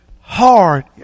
hard